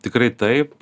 tikrai taip